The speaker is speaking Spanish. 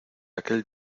aquel